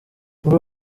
muri